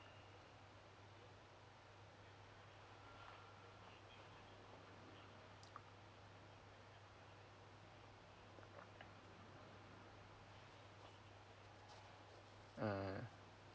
err